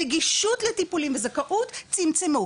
נגישות לטיפולים וזכאות - צמצמו.